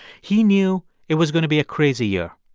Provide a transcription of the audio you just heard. he knew it was going to be a crazy year.